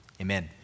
amen